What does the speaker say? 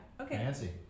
okay